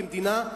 כמדינה,